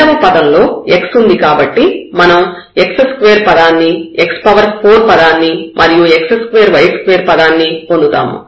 రెండవ పదం లో x ఉంది కాబట్టి మనం x2 పదాన్ని x4 పదాన్ని మరియు x2y2 పదాన్ని పొందుతాము